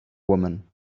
woman